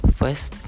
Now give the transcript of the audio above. first